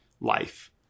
life